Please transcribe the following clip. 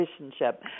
relationship